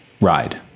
ride